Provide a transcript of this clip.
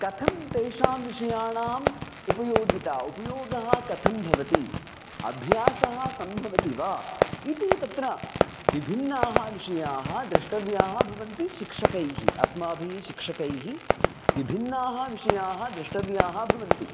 कथं तेषां विषयाणाम् उपयोगिता उपयोगः कथं भवति अभ्यासः सम्भवति वा इति तत्र विभिन्नाः विषयाः द्रष्टव्याः भवन्ति शिक्षकैः अस्माभिः शिक्षकैः विभिन्नाः विषयाः द्रष्टव्याः भवन्ति